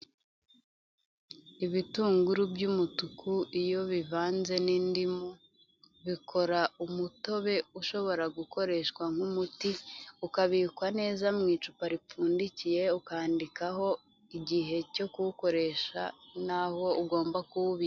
Ibitunguru by'umutuku iyo bivanze n'indimu bikora umutobe ushobora gukoreshwa nk'umuti, ukabikwa neza mu icupa ripfundikiye, ukandikaho igihe cyo kuwukoresha n'aho ugomba kuwubika.